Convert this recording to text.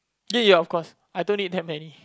ya ya of course I don't need that many